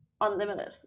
Unlimited